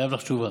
חייב לך תשובה.